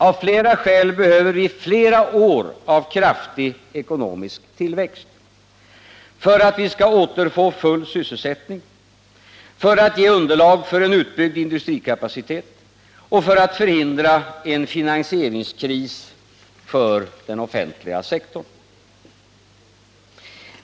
Av flera skäl behöver vi flera år av kraftig ekonomisk tillväxt — för att vi skall återfå full sysselsättning, för att ge underlag för en utbyggd industrikapacitet och för att förhindra en finansieringskris för den offentliga sektorn.